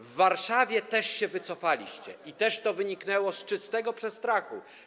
W Warszawie też się wycofaliście i też to wyniknęło z czystego przestrachu.